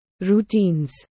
routines